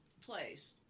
place